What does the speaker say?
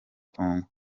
congo